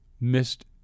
missed